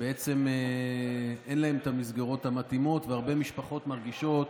בעצם אין מסגרות מתאימות והרבה משפחות מרגישות